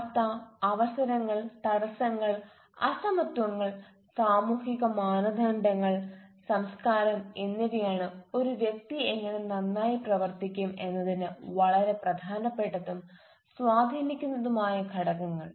അവസ്ഥ അവസരങ്ങൾ തടസ്സങ്ങൾ അസമത്വങ്ങൾ സാമൂഹിക മാനദണ്ഡങ്ങൾ സംസ്കാരം എന്നിവയാണ് ഒരു വ്യക്തി എങ്ങനെ നന്നായി പ്രവർത്തിക്കും എന്നതിന് വളരെ പ്രധാനപ്പെട്ടതും സ്വാധീനിക്കുന്നതുമായ ഘടകങ്ങൾ